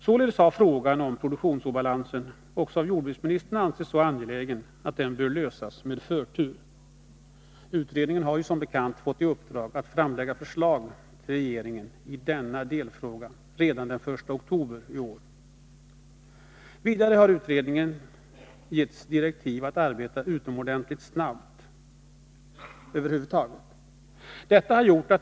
Således har frågan om produktionsobalansen också av jordbruksministern ansetts så angelägen, att den bör lösas med förtur. Utredningen har som bekant fått i uppdrag att framlägga förslag till regeringen i denna delfråga redan den 1 oktober i år. Vidare har utredningen getts direktiv att över huvud taget arbeta utomordentligt snabbt.